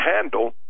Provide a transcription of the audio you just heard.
handle